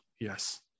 yes